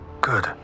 Good